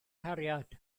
cariad